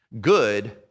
Good